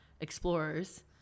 explorers